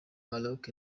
maroc